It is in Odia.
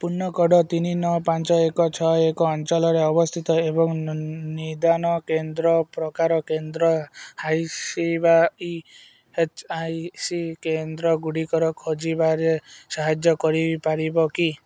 ପିନ୍କୋଡ଼୍ ତିନି ନଅ ପାଞ୍ଚ ଏକ ଛଅ ଏକ ଅଞ୍ଚଳରେ ଅବସ୍ଥିତ ଏବଂ ନିଦାନ କେନ୍ଦ୍ର ପ୍ରକାର କେନ୍ଦ୍ର ଆଇ ସି ବା ଇ ଏସ୍ ଆଇ ସି କେନ୍ଦ୍ରଗୁଡ଼ିକ ଖୋଜିବାରେ ସାହାଯ୍ୟ କରିପାରିବ କି